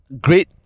Great